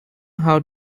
how